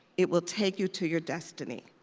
it will take you to your destiny.